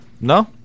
No